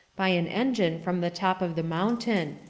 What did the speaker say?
by an engine, from the top of the mountain,